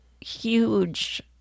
huge